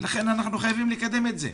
ולכן אנחנו חייבים לקדם את זה.